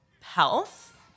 health